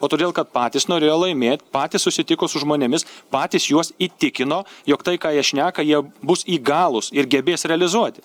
o todėl kad patys norėjo laimėt patys susitiko su žmonėmis patys juos įtikino jog tai ką jie šneka jie bus įgalūs ir gebės realizuoti